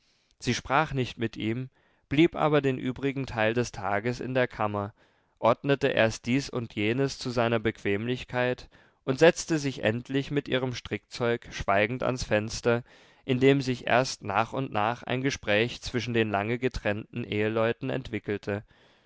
sie sprach nicht mit ihm blieb aber den übrigen teil des tages in der kammer ordnete erst dies und jenes zu seiner bequemlichkeit und setzte sich endlich mit ihrem strickzeug schweigend ans fenster indem sich erst nach und nach ein gespräch zwischen den lange getrennten eheleuten entwickelte